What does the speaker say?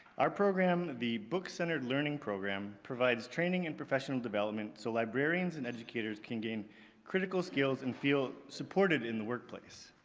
our program, the book-centered learning program, provides training and professional development, so librarians and educators can gain critical skills and feel supported in the workplace.